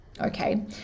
Okay